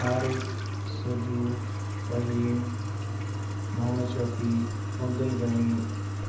Arif Sajoo Faheem Mohammad Shafi Abdul Ghani